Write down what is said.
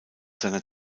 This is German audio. seiner